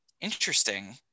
interesting